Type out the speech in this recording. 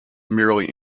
merely